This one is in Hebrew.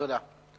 תודה.